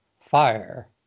fire